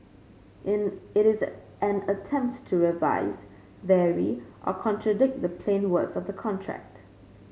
an it is an attempt to revise vary or contradict the plain words of the contract